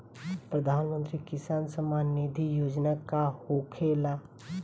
प्रधानमंत्री किसान सम्मान निधि योजना का होखेला?